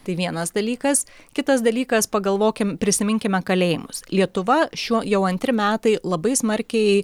tai vienas dalykas kitas dalykas pagalvokim prisiminkime kalėjimus lietuva šiuo jau antri metai labai smarkiai